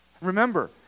Remember